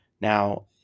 Now